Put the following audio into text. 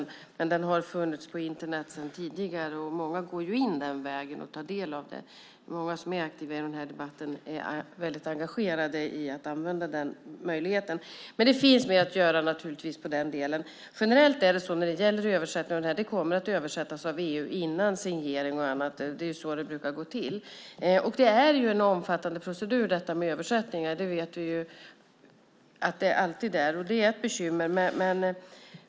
Men den har funnits på Internet sedan tidigare, och många går in den vägen och tar del av den. Många som är aktiva i debatten är väldigt engagerade i att använda den möjligheten. Det finns naturligtvis mer att göra i den delen. Generellt gäller för översättningar att det kommer att översättas av EU innan signering och annat. Det är så det brukar gå till. Det är en omfattande procedur med översättningar. Det vet vi att det alltid är. Det är ett bekymmer.